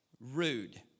rude